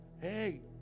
hey